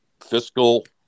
fiscal